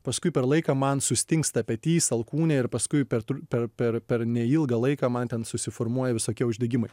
paskui per laiką man sustingsta petys alkūnė ir paskui per per per per neilgą laiką man ten susiformuoja visokie uždegimai